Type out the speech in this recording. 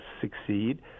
succeed